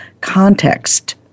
context